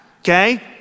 okay